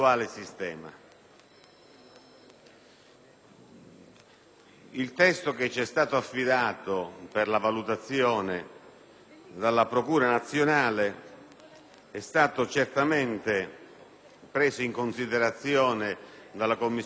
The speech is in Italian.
Il testo che ci è stato affidato per la valutazione dalla Procura nazionale è stato certamente preso in considerazione prima dalla Commissione giustizia e poi dalle Commissioni